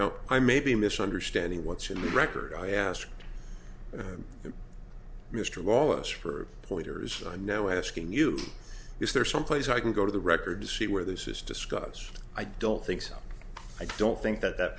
know i may be misunderstanding what's in the record i asked mr wallace for pointers i know asking you is there someplace i can go to the record to see where this is discussed i don't think so i don't think that that